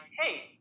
hey